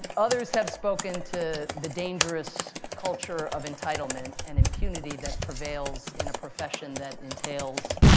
others have spoken to the dangerous culture of entitlement and impunity that prevails in a profession that entails,